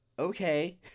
Okay